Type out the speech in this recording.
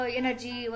energy